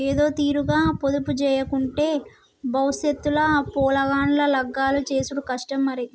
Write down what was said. ఏదోతీరుగ పొదుపుజేయకుంటే బవుసెత్ ల పొలగాండ్ల లగ్గాలు జేసుడు కష్టం మరి